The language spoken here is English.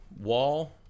Wall